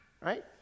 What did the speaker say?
Right